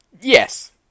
Yes